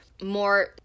more